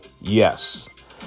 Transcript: Yes